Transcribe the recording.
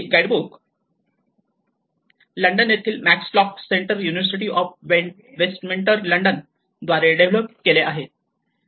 ते guide book London येथील Max Lock Centre University of Westminster London University of Westminster London द्वारे develop केले आहे